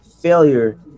failure